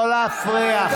לא להפריע.